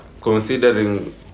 considering